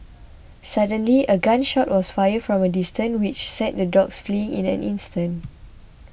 suddenly a gun shot was fired from a distance which sent the dogs fleeing in an instant